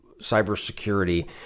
cybersecurity